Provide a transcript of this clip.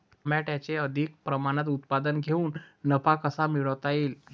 टमाट्याचे अधिक प्रमाणात उत्पादन घेऊन नफा कसा मिळवता येईल?